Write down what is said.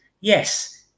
Yes